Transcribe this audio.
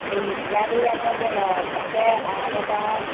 जोंनि बियादैआनो दं सासे आरो दा